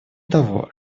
того